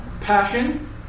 Passion